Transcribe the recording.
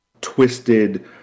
twisted